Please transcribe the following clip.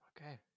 Okay